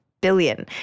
billion